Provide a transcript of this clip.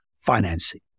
financing